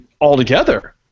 altogether